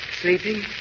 Sleeping